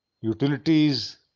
utilities